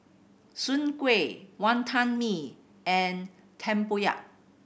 Soon Kuih Wantan Mee and tempoyak